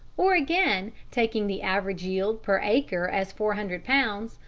or again, taking the average yield per acre as four hundred lbs,